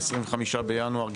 25 בינואר,